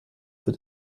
für